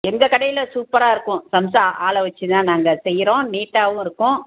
எங்கள் கடையில் சூப்பராக இருக்கும் சம்சா ஆளை வெச்சு தான் நாங்கள் செய்கிறோம் நீட்டாவும் இருக்கும்